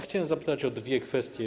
Chciałem zapytać o dwie kwestie.